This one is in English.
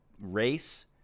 race